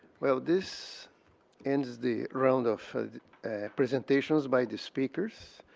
well this ends the round of presentations by the speakers,